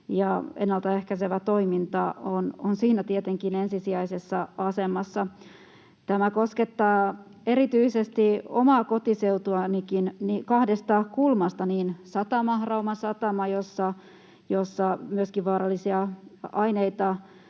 ennalta ehkäisevä toiminta on siinä tietenkin ensisijaisessa asemassa. Tämä koskettaa omaa kotiseutuanikin erityisesti kahdesta kulmasta: niin Rauman satamaa, jossa myöskin vaarallisia aineita